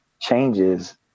changes